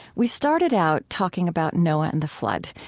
we started out talking about noah and the flood.